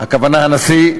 הכוונה הנשיא,